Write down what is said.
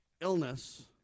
illness